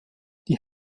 die